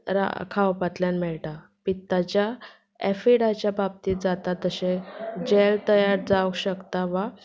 खावपांतल्यान मेळटा पित्ताच्या एफिडाच्या बाबतींत जाता तशें जेल तयार जावंक शकता वा